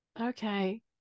Okay